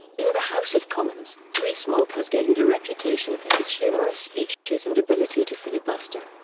in the house of commons, rees-mogg has gained a reputation for his humorous speeches and ability to filibuster.